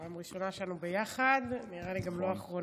פעם ראשונה שלנו ביחד, נראה לי גם לא אחרונה.